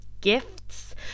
gifts